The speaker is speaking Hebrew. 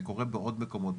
זה קורה בעוד מקומות,